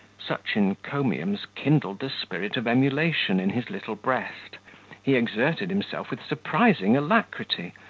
such encomiums kindled the spirit of emulation in his little breast he exerted himself with surprising alacrity,